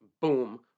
boom